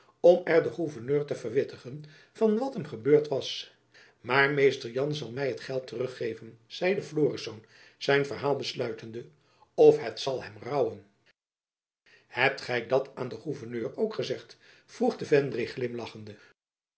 om er den gouverneur te verwittigen van wat hem gebeurd was maar mr jan zal my het geld terug geven zeide florisz zijn verhaal besluitende of het zal hem rouwen hebt gy dat aan den gouverneur ook gezegd vroeg de vendrig glimlachende